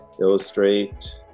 illustrate